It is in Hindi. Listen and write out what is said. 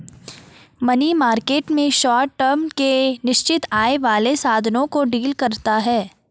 मनी मार्केट में शॉर्ट टर्म के निश्चित आय वाले साधनों को डील करता है